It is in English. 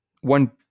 one